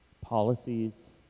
Policies